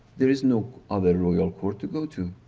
there is no other royal court to go to.